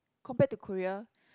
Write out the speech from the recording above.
compared to Korea